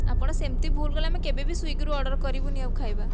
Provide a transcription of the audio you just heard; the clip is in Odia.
ଆପଣ ସେମିତି ଭୁଲ୍ କଲେ ଆମେ କେବେବି ସ୍ଵିଗିରୁ ଅର୍ଡ଼ର୍ କରିବୁନି ଆଉ ଖାଇବା